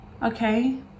Okay